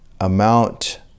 amount